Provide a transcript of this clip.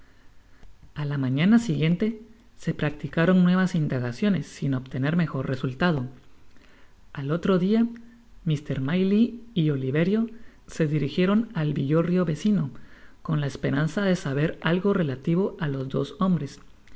a la mañana siguiente se practicaron nuevas indagaciones sin obtener mejor resultado al otro dia mr máylie y oliverio se dirijieron al villorrio vecino con la esperanza de saber algo relativo á los dos hombres